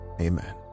amen